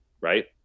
right